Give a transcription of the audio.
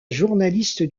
journaliste